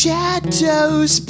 Shadows